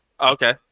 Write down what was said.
okay